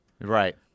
right